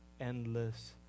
endless